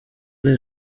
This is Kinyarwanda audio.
muri